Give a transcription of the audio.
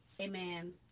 Amen